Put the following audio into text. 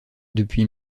depuis